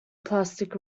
plastic